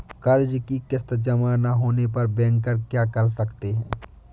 कर्ज कि किश्त जमा नहीं होने पर बैंकर क्या कर सकते हैं?